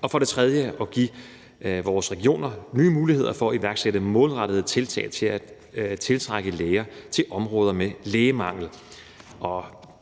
handler om at give vores regioner nye muligheder for at iværksætte målrettede tiltag for at tiltrække læger til områder med lægemangel.